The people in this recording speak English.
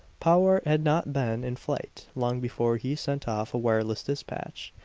powart had not been in flight long before he sent off a wireless despatch,